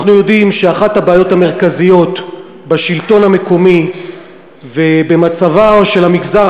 אנחנו יודעים שאחת הבעיות המרכזיות בשלטון המקומי ובמצבו של המגזר